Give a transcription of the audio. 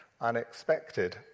unexpected